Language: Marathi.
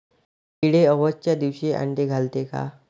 किडे अवसच्या दिवशी आंडे घालते का?